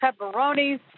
pepperonis